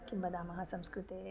किं वदामः संस्कृते